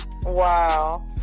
Wow